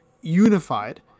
unified